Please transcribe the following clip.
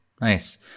Nice